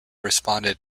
responded